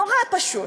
נורא פשוט.